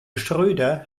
schröder